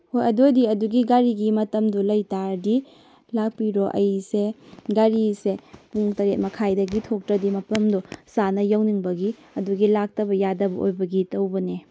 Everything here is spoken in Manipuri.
ꯍꯣꯏ ꯑꯗꯨꯑꯣꯏꯔꯗꯤ ꯑꯗꯨꯒꯤ ꯒꯥꯔꯤꯒꯤ ꯃꯇꯝꯗꯣ ꯂꯩꯕ ꯇꯥꯔꯗꯤ ꯂꯥꯛꯄꯤꯔꯣ ꯑꯩꯁꯦ ꯒꯥꯔꯤꯁꯦ ꯄꯨꯡ ꯇꯔꯦꯠ ꯃꯈꯥꯏꯗꯒꯤ ꯊꯣꯡꯇ꯭ꯔꯗꯤ ꯃꯐꯝꯗꯣ ꯆꯥꯅ ꯌꯧꯅꯤꯡꯕꯒꯤ ꯑꯗꯨꯒꯤ ꯂꯥꯛꯇꯕ ꯌꯥꯗꯕ ꯑꯣꯏꯕꯒꯤ ꯇꯧꯕꯅꯦ